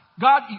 God